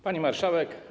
Pani Marszałek!